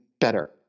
better